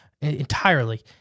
entirely